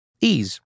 Ease